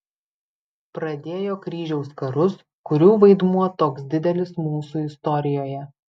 pradėjo kryžiaus karus kurių vaidmuo toks didelis mūsų istorijoje